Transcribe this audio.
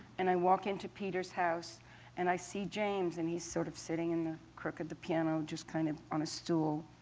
and i walk into peter's house and i see james, and he's sort of sitting in the crook of the piano, just kind of on a stool,